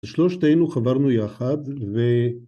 ‫שלושתנו חברנו יחד, ו...